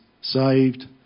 saved